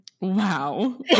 Wow